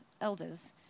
elders